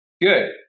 Good